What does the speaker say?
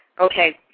Okay